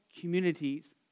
communities